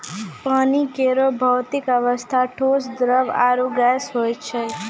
पानी केरो भौतिक अवस्था ठोस, द्रव्य आरु गैस होय छै